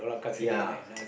ya